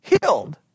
healed